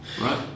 right